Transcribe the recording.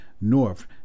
North